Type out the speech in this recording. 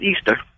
Easter